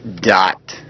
dot